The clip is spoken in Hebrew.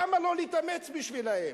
למה לא להתאמץ בשבילם?